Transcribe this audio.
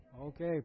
Okay